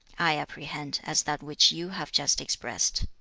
i apprehend, as that which you have just expressed